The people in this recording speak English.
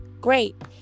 Great